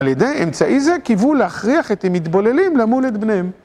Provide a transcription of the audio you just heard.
על ידי אמצעי זה קיוו להכריח את המתבוללים למול את בניהם.